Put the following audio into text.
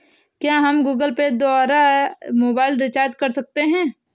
क्या हम Google Pay द्वारा मोबाइल रिचार्ज कर सकते हैं?